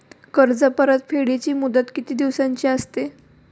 कर्ज परतफेडीची मुदत किती दिवसांची असते?